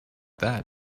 that